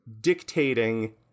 dictating